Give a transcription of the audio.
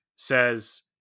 says